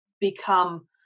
become